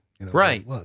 Right